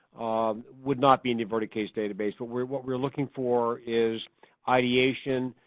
um would not be in the averted case database. what we're what we're looking for is ideation,